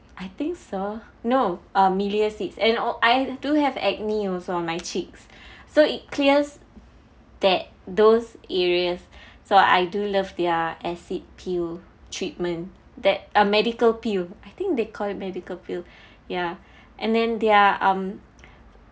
I think so no um milia seeds and I do have acne also on my cheeks so it clears that those areas so I do love their acid peel treatment that uh medical peel I think they call it medical peel ya and then their um